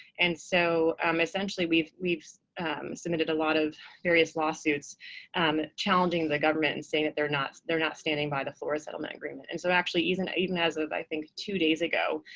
and so um essentially, we've we've submitted a lot of various lawsuits um challenging the government and saying that they're not they're not standing by the flores settlement agreement. and so actually even even as of, i think, two days ago,